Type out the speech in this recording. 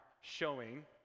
showing